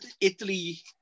Italy